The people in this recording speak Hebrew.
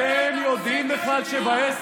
ביטן.